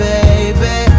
Baby